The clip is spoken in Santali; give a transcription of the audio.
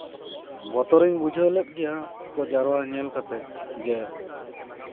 ᱵᱚᱛᱚᱨ ᱤᱧ ᱵᱩᱡᱷᱟᱹᱣ ᱞᱮᱫ ᱜᱮᱭᱟ ᱩᱱᱠᱩ ᱡᱟᱣᱨᱟ ᱧᱮᱞ ᱠᱟᱛᱮ ᱡᱮ